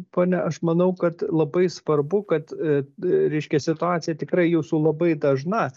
ponia aš manau kad labai svarbu kad reiškia situacija tikrai jūsų labai dažna